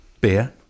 beer